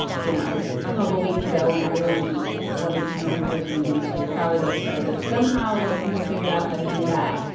you know, a couple weeks ago when everyone wanted to know how to do like salvado starters somehow, like people figured out how to do that.